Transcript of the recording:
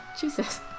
Jesus